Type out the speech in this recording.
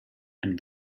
and